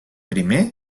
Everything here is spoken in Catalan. primer